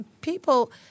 people